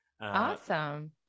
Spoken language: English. Awesome